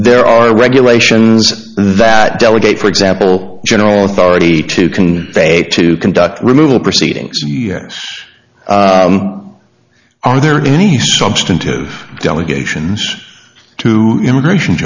there are regulations that delegate for example general authority to can say to conduct removal proceedings are there any substantive delegations to immigra